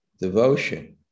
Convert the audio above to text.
devotion